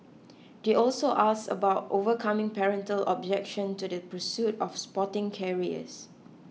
they also asked about overcoming parental objection to the pursuit of sporting careers